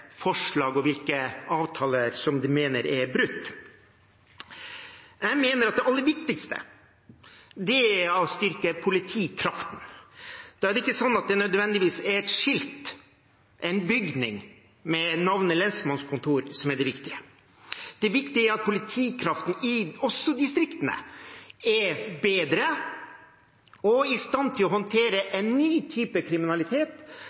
forslag og hvilke avtaler som de mener er brutt. Jeg mener at det aller viktigste er å styrke politikraften. Da er det ikke nødvendigvis et skilt eller en bygning med navnet lensmannskontor som er det viktige. Det viktige er at politikraften også i distriktene er bedre og i stand til å håndtere en ny type kriminalitet,